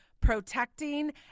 protecting